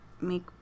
make